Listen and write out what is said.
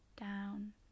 down